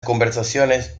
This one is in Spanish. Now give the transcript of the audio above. conversaciones